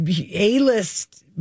A-list